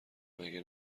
مگه